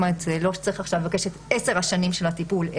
כלומר לא שצריך לבקש עשר שנים של טיפול,